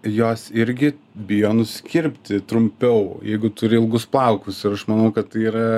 jos irgi bijo nusikirpti trumpiau jeigu turi ilgus plaukus ir aš manau kad tai yra